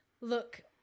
Look